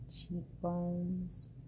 cheekbones